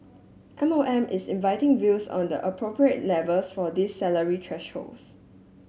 M O M is inviting views on the appropriate levels for these salary thresholds